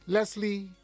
Leslie